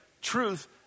truth